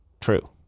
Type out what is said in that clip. True